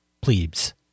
plebes